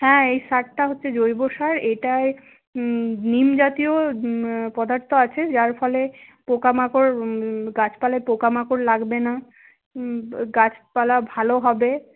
হ্যাঁ এই সারটা হচ্ছে জৈব সার এটায় নিম জাতীয় পদার্থ আছে যার ফলে পোকা মাকড় গাছপালায় পোকা মাকড় লাগবে না গাছপালা ভালো হবে